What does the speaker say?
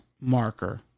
marker